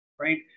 right